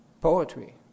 poetry